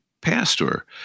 pastor